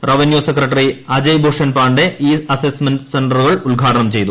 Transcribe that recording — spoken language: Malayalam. revenue secretary Ajay Bhushan Pandey e assessment സെന്ററുകൾ ഉദ്ഘാടനം ചെയ്തു